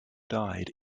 died